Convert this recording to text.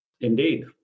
Indeed